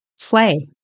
play